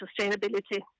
sustainability